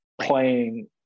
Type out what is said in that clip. playing